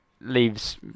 Leaves